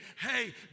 hey